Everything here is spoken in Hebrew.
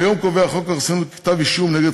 כיום קובע חוק החסינות כי כתב-אישום נגד